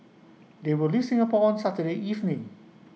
they will leave Singapore on Saturday evening